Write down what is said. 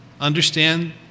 understand